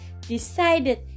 decided